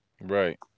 Right